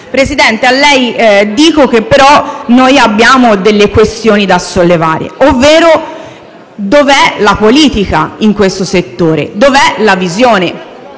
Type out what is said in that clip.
Presidente, a lei dico, però, che abbiamo delle questioni da sollevare, ovvero dov'è la politica in questo settore, dov'è la visione?